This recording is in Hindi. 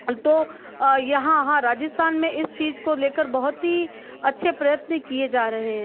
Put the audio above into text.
तो यहाँ हाँ राजस्थान में इस चीज को लेकर बहुत ही अच्छे प्रयत्न किए जा रहे हैं